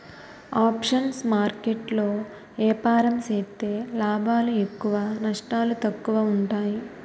options market లో ఏపారం సేత్తే లాభాలు ఎక్కువ నష్టాలు తక్కువ ఉంటాయి